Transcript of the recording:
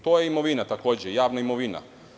To je imovina, takođe javna imovina.